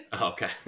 okay